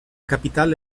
capital